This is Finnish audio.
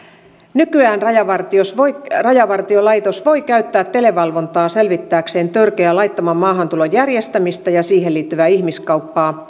nykyään rajavartiolaitos voi käyttää televalvontaa selvittääkseen törkeän laittoman maahantulon järjestämistä ja siihen liittyvää ihmiskauppaa